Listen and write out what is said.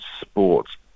sports